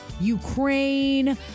Ukraine